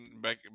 back